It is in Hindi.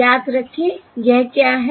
याद रखें यह क्या है